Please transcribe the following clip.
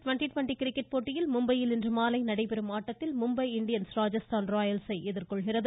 twenty twenty cricket போட்டியில் மும்பையில் இன்று மாலை நடைபெறும் ஆட்டத்தில் மும்பை இண்டியன்ஸ் ராஜஸ்தான் ராயல்ஸை எதிர்கொள்கிறது